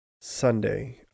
Sunday